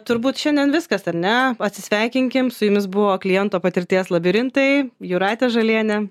turbūt šiandien viskas ar ne atsisveikinkim su jumis buvo kliento patirties labirintai jūratė žalienė